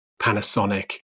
Panasonic